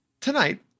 tonight